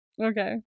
Okay